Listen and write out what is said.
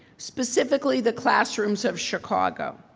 specifically the classrooms of chicago.